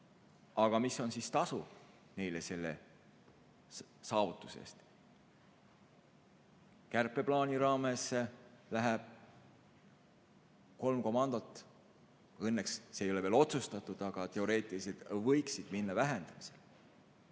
Aga mis on tasu neile selle saavutuse eest? Kärpeplaani raames läheb kolm komandot, õnneks see ei ole veel otsustatud, aga teoreetiliselt võiksid minna vähendamisele.